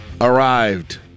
arrived